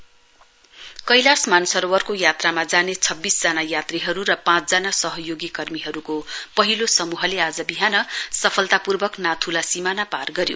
कैलाश मानसरोवर कैलाश मानसरोवरको यात्रामा जाने छब्बीस यात्रीहरू र पाँच जना सहयोगी कर्मीहरूको पहिलो समूहले आज बिहान सफलता पूर्वक नाथ्ला सीमना पार गर्यो